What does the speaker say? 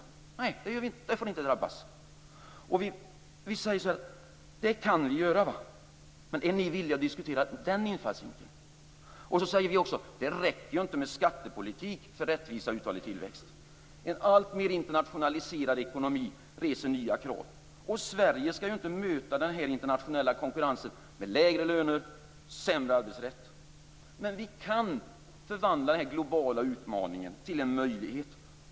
De får inte drabbas. Är ni villiga att diskutera den infallsvinkeln? Vi säger också att det inte räcker med skattepolitik för att uppnå rättvisa och uthållig tillväxt. En alltmer internationaliserad ekonomi reser nya krav. Sverige skall inte möta den internationella konkurrensen med lägre löner och sämre arbetsrätt. Vi kan förvandla den globala utmaningen till en möjlighet.